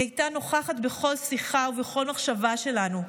היא הייתה נוכחת בכל שיחה ובכל מחשבה שלנו.